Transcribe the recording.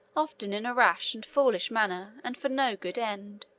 often in a rash and foolish manner, and for no good end.